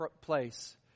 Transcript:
place